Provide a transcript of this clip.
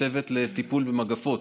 צוות לטיפול במגפות,